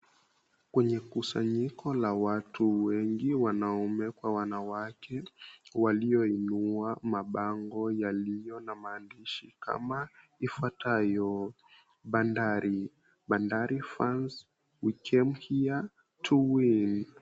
Kwenye kusanyiko la watu wengi wanaume kwa wanawake walioinuwa mabango yaliyo na maandishi kama ifuatayo, '"Bandari, Bandari fans we came here to win."